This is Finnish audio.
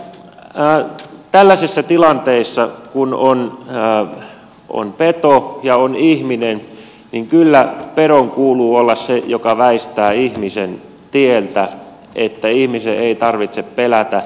kyllä tällaisissa tilanteissa kun on peto ja on ihminen pedon kuuluu olla se joka väistää ihmisen tieltä niin että ihmisen ei tarvitse pelätä